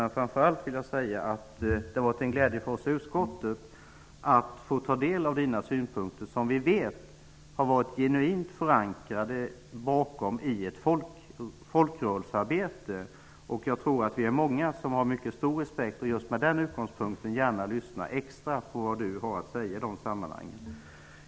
Det har framför allt varit en glädje för oss i utskottet att få ta del av dina synpunkter. Vi vet att de har varit genuint förankrade i ett folkrörelsearbete. Jag tror att vi är många som har mycket stor respekt för detta och utifrån den utgångspunkten gärna lyssnar extra på vad du har att säga i dessa sammanhang.